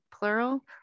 Plural